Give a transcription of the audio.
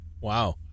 Wow